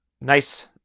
nice